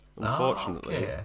unfortunately